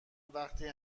وقتی